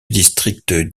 district